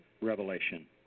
revelation